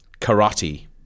Karate